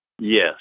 Yes